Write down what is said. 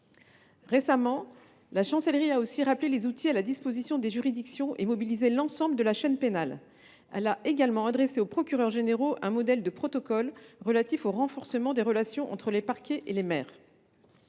Récemment, la Chancellerie a aussi rappelé les outils à la disposition des juridictions et mobilisé l’ensemble de la chaîne pénale. Elle a également adressé aux procureurs généraux un modèle de protocole relatif au renforcement des relations entre les parquets et les maires.